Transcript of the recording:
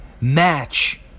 match